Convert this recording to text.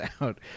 Out